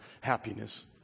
Happiness